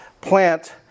plant